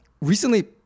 recently